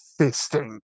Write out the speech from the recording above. fisting